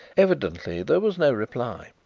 evidently there was no reply,